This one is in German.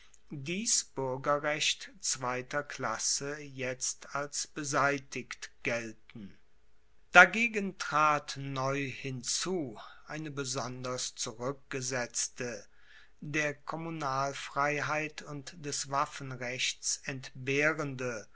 dies buergerrecht zweiter klasse jetzt als beseitigt gelten dagegen trat neu hinzu eine besonders zurueckgesetzte der kommunalfreiheit und des waffenrechts entbehrende